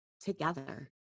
together